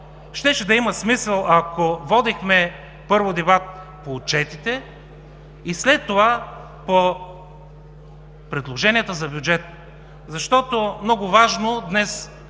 щеше да има смисъл, ако водехме, първо, дебат по отчетите и след това по предложенията за бюджет. Много важно до